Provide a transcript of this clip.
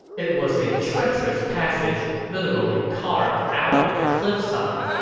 it was a treacherous passage literally carved out of the cliffside,